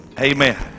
Amen